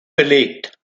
belegt